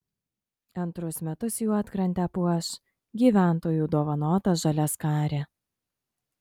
antrus metus juodkrantę puoš gyventojų dovanota žaliaskarė